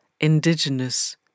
indigenous